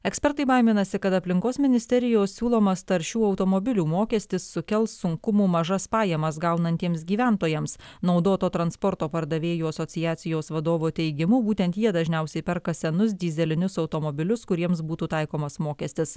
ekspertai baiminasi kad aplinkos ministerijos siūlomas taršių automobilių mokestis sukels sunkumų mažas pajamas gaunantiems gyventojams naudoto transporto pardavėjų asociacijos vadovo teigimu būtent jie dažniausiai perka senus dyzelinius automobilius kuriems būtų taikomas mokestis